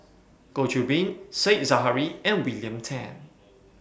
Goh Qiu Bin Said Zahari and William Tan